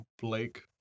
Blake